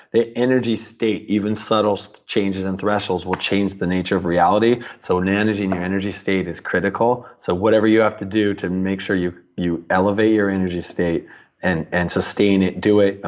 the energy state, even subtle so changes and thresholds will change the nature of reality, so managing your energy state is critical so whatever you have to do to make sure you you elevate your energy state and and sustain it, do it.